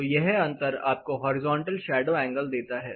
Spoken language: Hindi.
तो यह अंतर आपको हॉरिजॉन्टल शैडो एंगल देता है